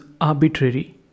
arbitrary